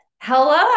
Hello